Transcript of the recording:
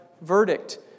verdict